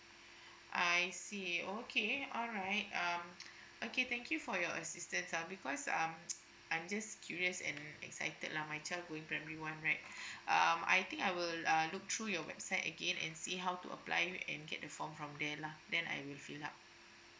I see okay alright um okay thank you for your assistance uh because um I'm just curious and excited lah my child going primary one right um I think I will uh look through your website again and see how to apply and get a form from there lah then I'll fill up